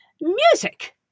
Music